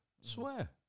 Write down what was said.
Swear